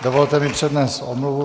Dovolte mi přednést omluvu.